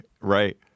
right